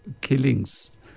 Killings